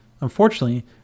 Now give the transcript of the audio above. Unfortunately